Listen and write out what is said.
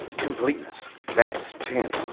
completeness. that's ten.